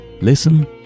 Listen